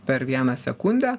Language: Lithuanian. per vieną sekundę